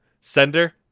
Sender